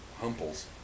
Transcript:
Humples